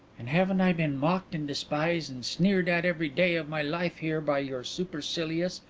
and haven't i been mocked and despised and sneered at every day of my life here by your supercilious,